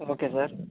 okay sir